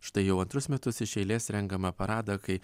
štai jau antrus metus iš eilės rengiamą paradą kai